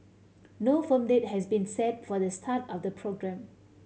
no firm date has been set for the start of the programme